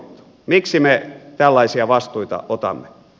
miksi me tällaisia vastuita otamme